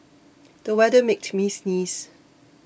the weather made me sneeze